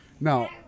Now